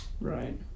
Right